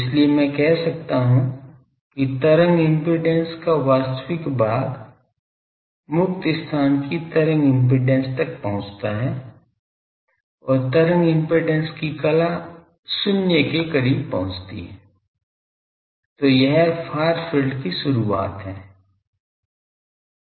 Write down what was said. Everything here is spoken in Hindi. इसलिए मैं कह सकता हूं कि तरंग इम्पीडेन्स का वास्तविक भाग मुक्त स्थान की तरंग इम्पीडेन्स तक पहुँचता है और तरंग इम्पीडेन्स की कला शून्य के करीब पहुंचती है जो यह फार फील्ड की शुरुआत है